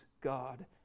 God